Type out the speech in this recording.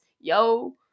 Yo